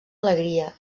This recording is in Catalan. alegria